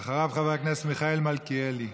חבר הכנסת מיכאל מלכיאלי.